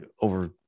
over